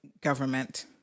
government